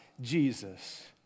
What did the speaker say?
Jesus